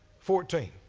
fourteen.